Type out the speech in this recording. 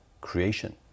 creation